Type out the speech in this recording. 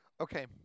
Okay